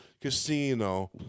Casino